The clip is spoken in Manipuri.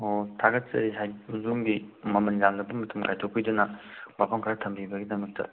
ꯑꯣ ꯊꯥꯒꯠꯆꯔꯤ ꯑꯗꯣꯝꯒꯤ ꯃꯃꯜ ꯌꯥꯝꯂꯕ ꯃꯇꯝ ꯀꯥꯏꯊꯣꯛꯄꯤꯗꯨꯅ ꯋꯥꯐꯝ ꯈꯔ ꯊꯝꯕꯤꯕꯒꯤꯗꯃꯛꯇ